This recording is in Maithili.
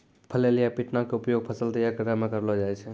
फ्लैल या पिटना के उपयोग फसल तैयार करै मॅ करलो जाय छै